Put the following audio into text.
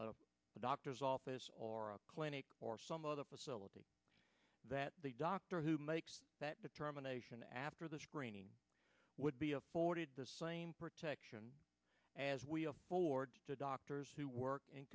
a doctor's office or a clinic or some other facility that the doctor who makes that determination after the screening would be afforded the same protection as we afford the doctors who work in